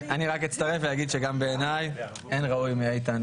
אני רק אצטרף ואגיד שגם בעיניי אין ראוי מאיתן